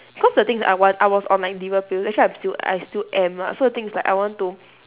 cause the thing is that I want I was on like liver pill actually I'm still I still am lah so the thing is like I want to